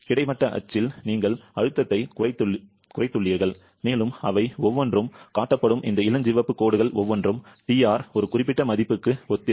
கிடைமட்ட அச்சில் நீங்கள் அழுத்தத்தைக் குறைத்துள்ளீர்கள் மேலும் அவை ஒவ்வொன்றும் காட்டப்படும் இந்த இளஞ்சிவப்பு கோடுகள் ஒவ்வொன்றும் TR ஒரு குறிப்பிட்ட மதிப்புக்கு ஒத்திருக்கும்